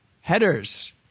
headers